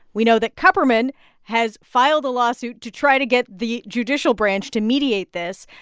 we know that kupperman has filed a lawsuit to try to get the judicial branch to mediate this.